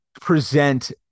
present